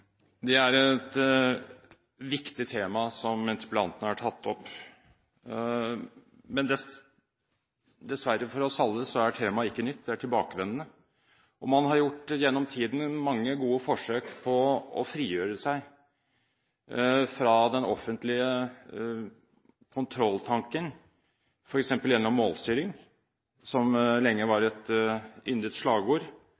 et viktig tema som interpellanten har tatt opp. Men dessverre for oss alle er temaet ikke nytt – det er tilbakevendende. Man har gjennom tiden gjort mange gode forsøk på å frigjøre seg fra den offentlige kontrolltanken, f.eks. gjennom målstyring – som lenge